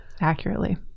accurately